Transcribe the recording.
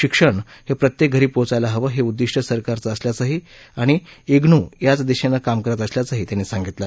शिक्षण हे प्रत्येक घरी पोचायला हवं हे उद्दिष्ट सरकारचं असल्याचंही आणि इग्नू याच दिशेनं काम करत असल्याचंही त्यांनी सांगितलं